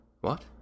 What